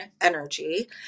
energy